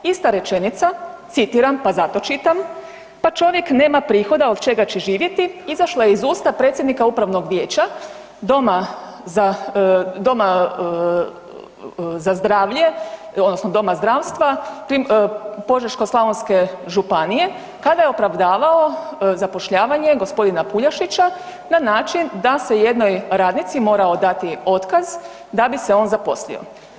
Ista rečenica, citiram, pa zato čitam, „Pa čovjek nema prihoda, od čega će živjeti“, izašla je iz usta predsjednika Upravnog vijeća doma za, doma za zdravlje odnosno doma zdravstva Požeško-slavonske županije kada je opravdavao zapošljavanje g. Puljašića na način da se jednoj radnici morao dati otkaz da bi se on zaposlio.